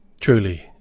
Truly